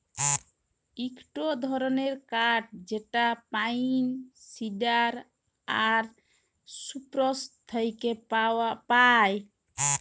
ইকটো ধরণের কাঠ যেটা পাইন, সিডার আর সপ্রুস থেক্যে পায়